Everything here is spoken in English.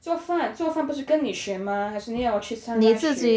做饭做饭不是跟你学吗还是你要我去上课学